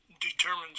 determines